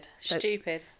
Stupid